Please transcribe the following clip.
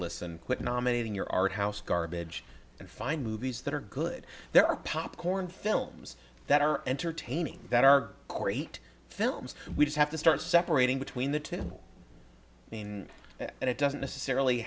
listen quit nominating your art house garbage and find movies that are good there are popcorn films that are entertaining that are core eight films we just have to start separating between the two main and it doesn't necessarily